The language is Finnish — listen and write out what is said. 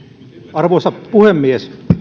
arvoisa puhemies